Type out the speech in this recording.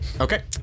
Okay